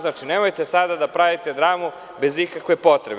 Znači, nemojte sada da pravite dramu bez ikakve potrebe.